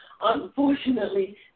unfortunately